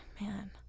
man